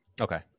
Okay